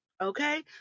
Okay